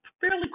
fairly